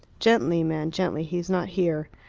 gently, man, gently he is not here.